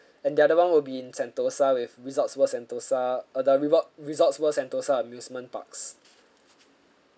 and the other one will be in sentosa with resorts world sentosa uh the resorts resorts world sentosa amusement parks